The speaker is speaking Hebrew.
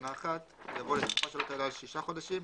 שנה אחת יבוא "לתקופה שלא תעלה על שישה חודשים,